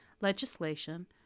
legislation